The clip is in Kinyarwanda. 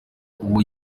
uwo